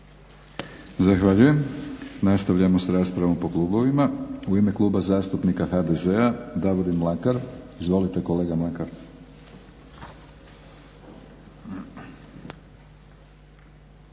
Zahvaljujem. Nastavljamo s raspravom po klubovima. U ime Kluba zastupnika HDZ-a Davorin Mlakar. Izvolite kolega Mlakar.